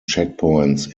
checkpoints